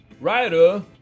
writer